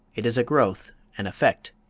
it is a growth an effect.